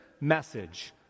message